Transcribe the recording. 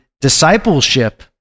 discipleship